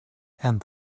and